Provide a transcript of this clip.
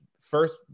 First